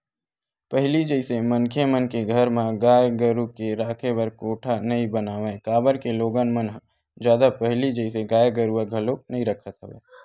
पहिली जइसे मनखे मन के घर म गाय गरु के राखे बर कोठा नइ बनावय काबर के लोगन मन ह जादा पहिली जइसे गाय गरुवा घलोक नइ रखत हवय